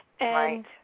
right